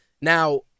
Now